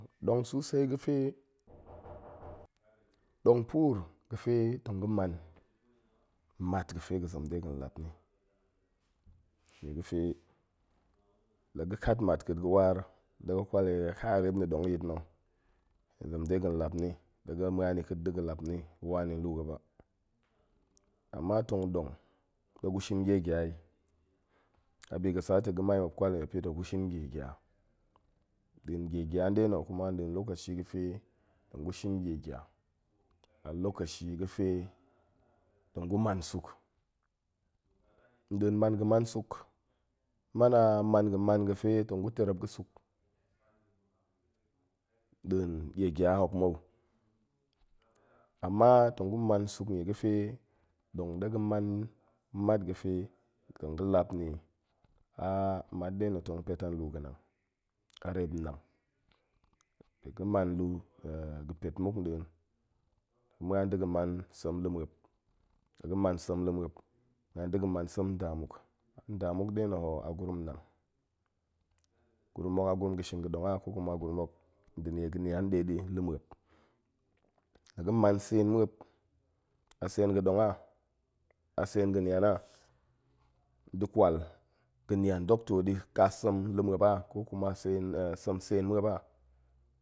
Ɗong susai ga̱ fe ɗong puur ga̱ fe tong ga̱ man mat ga̱ fe ga̱ zem de ga̱n lap ni, nie ga̱ fe la ga̱ kat mat ka̱a̱t ga̱ waar ɗe ga̱ kwal i reep nɗe na̱ ɗong yit na̱, hen zem de ga̱n lap ni ga̱ wa ni luu ga̱ ba, ama tong ɗong ɗe gu shin ɗie gya i, a bi ga̱ sa ta̱ ga̱mai muop kwal i muop ni tong gu shin ɗie gya. nɗin ɗie gya nɗe na̱ kuma ndin likashi ga̱ fe tong gu shin nie gya, a lokashi ga̱ fe tong gu man suk. nɗin man ga̱ man suk, man a man ga̱ man ga̱ fe tong gu terep ga̱ suk nɗin nie gya hok mou, ama tong gu man suk nie ga̱ fe ɗong ɗe ga̱ aman mat ga̱ fe tong ga̱ lap ni, mat nɗe na̱ tong pet an luu ga̱nang, a reep nnang, la ga̱ man luu ga̱ pet muk nɗin, ma̱an da̱ ga̱ man sem luu muop, la gall man sem luu muop, ma̱an da̱ ga̱ man sem nda muk. nda muk nɗe na̱ ho a gurum nnang, a gurum ga̱ shin ga̱ ɗong a ko kuma gurum hok, nda̱ nie ga̱ nian nɗe ɗi luu muop. la ga̱ man tsen muop, a tsen ga̱ ɗong a, atsen ga̱ nian a, nda̱ kwal ga̱ nian dok to ɗi ka sem luu muop a ko kuma ka tsen sek tsen muop a